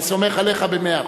אני סומך עליך במאה אחוז.